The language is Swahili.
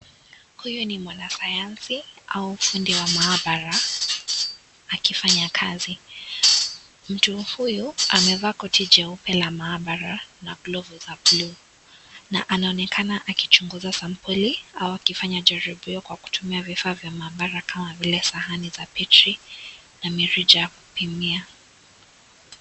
Huyu ni mwanasayansi au fundi wa maabara akifanya kazi. Mtu huyu amefaa koti jeupe la maabara na glovu za buluu na anaonekana akichunguza Sampuli au akifanya jaribio kwa kutumia vifaa vya maabara kama vile sahani za battery na mirija ya kupimia.